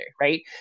right